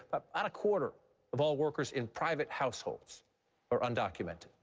ah about a quarter of all workers in private households are undocumented.